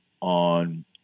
on